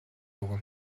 өгнө